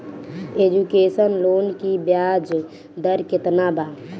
Education loan की ब्याज दर केतना बा?